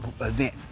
event